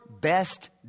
best